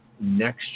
next